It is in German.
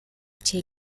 tier